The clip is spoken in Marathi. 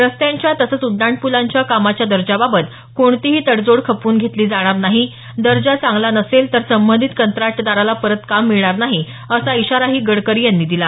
रस्त्यांच्या तसंच उड्डाणपूलांच्या कामाच्या दर्जाबाबत कोणतीही तडजोड खपवून घेतली जाणार नाही दर्जा चांगला नसेल तर संबंधित कंत्राटदाराला परत काम मिळणार नाही असा इशाराही गडकरी यांनी दिला